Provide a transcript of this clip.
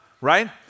Right